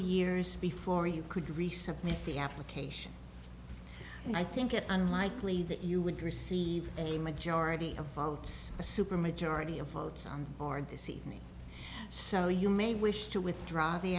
years before you could resubmit the application and i think it unlikely that you would receive a majority of votes a super majority of votes on board this evening so you may wish to withdraw the